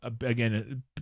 Again